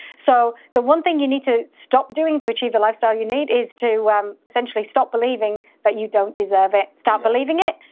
so the one thing you need to stop doing to achieve the lifestyle you need is to essentially stop believing that you don't deserve it. start believing it,